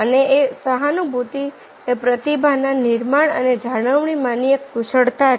અને સહાનુભૂતિ એ પ્રતિભા ના નિર્માણ અને જાળવણી માની એક કુશળતા છે